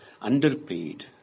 underpaid